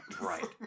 Right